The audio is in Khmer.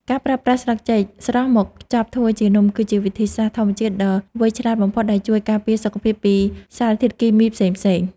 ការប្រើប្រាស់ស្លឹកចេកស្រស់មកខ្ចប់ធ្វើជានំគឺជាវិធីសាស្ត្រធម្មជាតិដ៏វៃឆ្លាតបំផុតដែលជួយការពារសុខភាពពីសារធាតុគីមីផ្សេងៗ។